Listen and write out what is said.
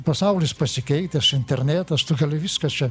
pasaulis pasikeitęs internetas tu gali viskas čia